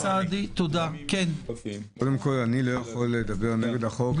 אני לא יכול לדבר נגד החוק,